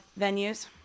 venues